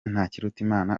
ntakirutimana